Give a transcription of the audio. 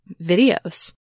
videos